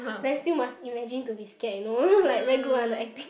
then still must imagine to be scared you know like very good one the acting